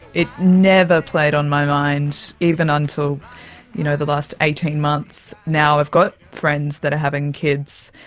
it never played on my mind, even until you know the last eighteen months. now i've got friends that are having kids,